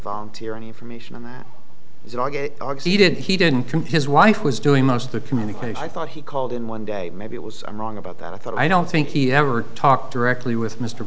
volunteer any information on that he did he didn't compares wife was doing most of the communication i thought he called in one day maybe it was i'm wrong about that i thought i don't think he ever talk directly with m